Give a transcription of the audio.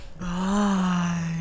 Bye